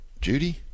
Judy